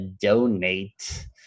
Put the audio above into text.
donate